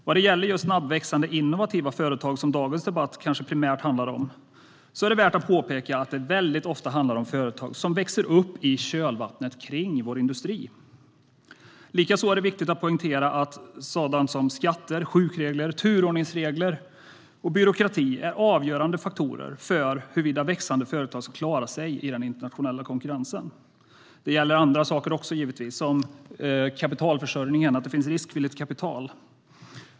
Vad gäller snabbväxande innovativa företag - som dagens debatt primärt handlar om - är det värt att påpeka att det ofta handlar om företag som växer upp i kölvattnet av vår industri. Likaså är det viktigt att poängtera att sådant som skatter, sjukregler, turordningsregler och byråkrati är avgörande faktorer för huruvida växande företag ska klara sig i den internationella konkurrensen. Det gäller givetvis även andra saker, till exempel att det finns riskvilligt kapital.